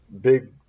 big